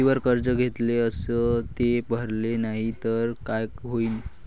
शेतीवर कर्ज घेतले अस ते भरले नाही तर काय होईन?